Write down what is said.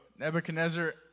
Nebuchadnezzar